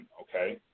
okay